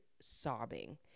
sobbing